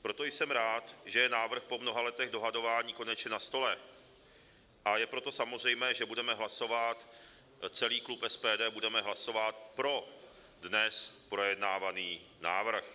Proto jsem rád, že je návrh po mnoha letech dohadování konečně na stole, a je proto samozřejmé, že budeme hlasovat, celý klub SPD budeme hlasovat pro dnes projednávaný návrh.